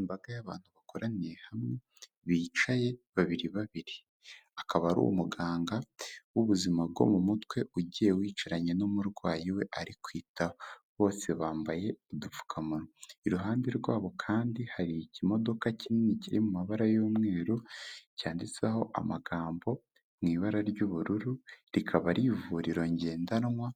Imbaga y'abantu bakoraniye hamwe, bicaye babiri babiri, akaba ari umuganga w'ubuzima bwo mu mutwe ugiye wicaranye n'umurwayi we ari kwitaho, bose bambaye udupfukamunwa, iruhande rwabo kandi hari ikimodoka kinini kiri mu mabara y'umweru, cyanditseho amagambo mu ibara ry'ubururu, rikaba ari ivuriro ngendanwa,